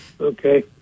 Okay